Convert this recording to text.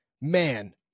man